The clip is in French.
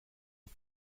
aux